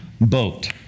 boat